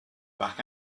back